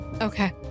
okay